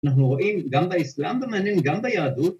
‫אנחנו רואים גם באסלאם ומעניין, ‫גם ביהדות.